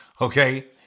okay